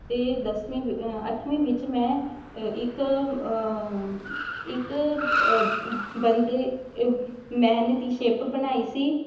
ਅਤੇ ਦਸਵੀ ਵ ਅੱਠਵੀਂ ਵਿੱਚ ਮੈਂ ਇੱਕ ਇੱਕ ਬ ਬੰਦੇ ਮੈਨ ਦੀ ਸ਼ੇਪ ਬਣਾਈ ਸੀ